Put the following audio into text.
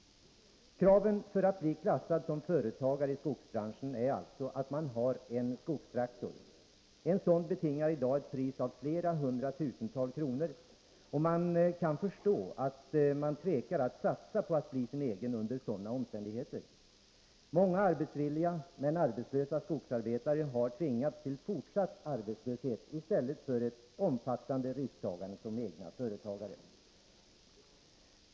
Kravet för att bli klassad som företagare i skogsbranschen är alltså att man har en skogstraktor. En sådan betingar i dag ett pris av flera hundra tusen kronor, och jag kan förstå att man tvekar att satsa på att bli sin egen under sådana omständigheter. Många arbetsvilliga men arbetslösa skogsarbetare har tvingats till fortsatt arbetslöshet i stället för ett omfattande risktagande som egna företagare.